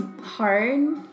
hard